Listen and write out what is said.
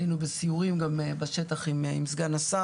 היינו בסיורים גם בשטח עם סגן השר